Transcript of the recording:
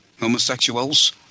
homosexuals